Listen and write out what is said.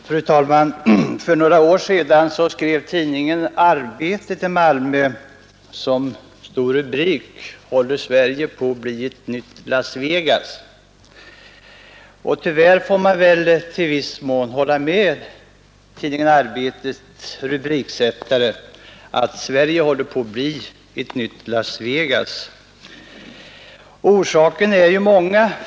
Fru talman! För några år sedan skrev tidningen Arbetet i Malmö som stor rubrik: Håller Sverige på att bli ett nytt Las Vegas? Tyvärr får man väl i viss mån hålla med tidningen Arbetets rubriksättare om att Sverige håller på att bli det. Orsakerna är många.